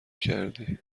کردی